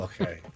okay